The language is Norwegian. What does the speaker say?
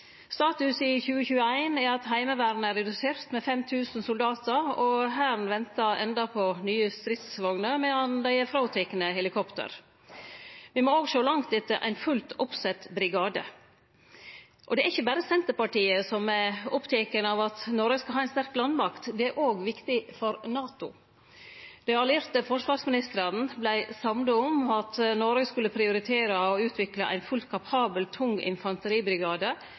Status i 2021 er at Heimevernet er redusert med 5 000 soldatar, og Hæren ventar enno på nye stridsvogner medan dei er fråtekne helikopter. Me må òg sjå langt etter ein fullt oppsett brigade. Det er ikkje berre Senterpartiet som er oppteke av at Noreg skal ha ei sterk landmakt. Det er òg viktig for NATO. Dei allierte forsvarsministrane vart samde om at Noreg skulle prioritere og utvikle ein fullt kapabel, tung infanteribrigade